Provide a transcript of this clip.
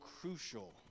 crucial